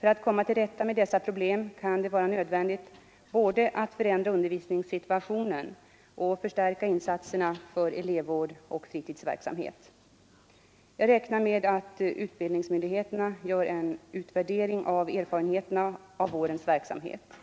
För att komma till rätta med dessa problem kan det vara nödvändigt både att förändra undervisningssituationen och förstärka insatserna för elevvård och fritidsverksamhet. Jag räknar med att utbildningsmyndigheterna gör en utvärdering av erfarenheterna av vårens verksamhet.